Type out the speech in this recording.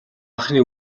анхны